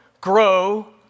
grow